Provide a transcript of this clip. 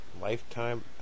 Lifetime